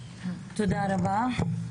תודה רבה.